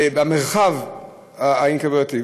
במרחב האינטרנטי.